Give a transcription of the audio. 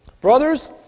Brothers